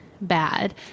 bad